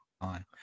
on